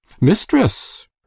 Mistress